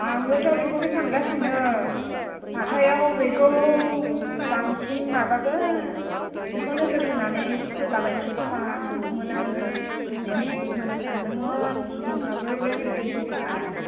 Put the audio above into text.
आंबोथ' बेखौनो सानगासिनो हाथाइआव बेखौ बांसिन माबागोन बेखौनो नोजोर होनानै फोलाबायनोसै खोमा नंदोंमोन आङो देमसिबो फोनो सान्दोंमोन सिबिंफोराबो बेसे बेसे थाय